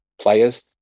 players